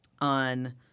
On